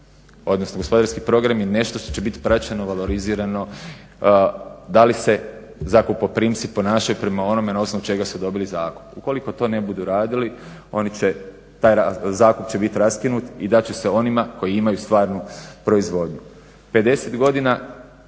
odnosno gospodarski programi nešto što će biti praćeno, valorizirano. Da li se zakupoprimci ponašaju prema onome na osnovu čega su dobili zakup? Ukoliko to ne budu radili zakup će biti raskinut i dat će se onima koji imaju stvarnu proizvodnju.